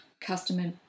customer